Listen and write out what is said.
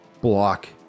block